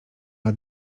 lat